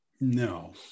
no